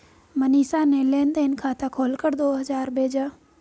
मनीषा ने लेन देन खाता खोलकर दो हजार भेजा